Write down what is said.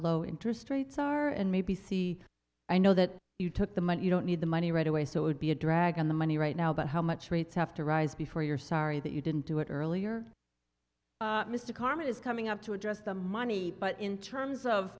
low interest rates are and maybe see i know that you took the money you don't need the money right away so would be a drag on the money right now about how much rates have to rise before you're sorry that you didn't do it earlier mr karma is coming up to address the money but in terms of